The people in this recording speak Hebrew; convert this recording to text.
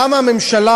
למה הממשלה